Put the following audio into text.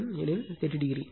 என் எனில் 30o